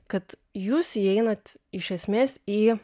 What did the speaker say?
kad jūs įeinat iš esmės į